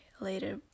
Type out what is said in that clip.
later